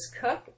Cook